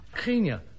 Kenya